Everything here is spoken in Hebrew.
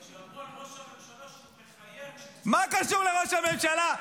שאמרו על ראש הממשלה שהוא מחייך --- מה קשור לראש הממשלה?